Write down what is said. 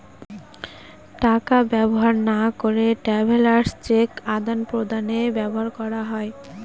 টাকা ব্যবহার না করে ট্রাভেলার্স চেক আদান প্রদানে ব্যবহার করা হয়